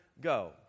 go